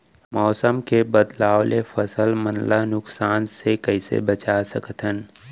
मौसम के बदलाव ले फसल मन ला नुकसान से कइसे बचा सकथन?